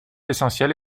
essentielle